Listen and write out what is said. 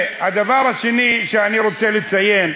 והדבר השני שאני רוצה לציין,